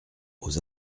aux